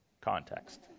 context